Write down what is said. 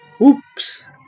Oops